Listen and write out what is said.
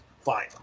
fine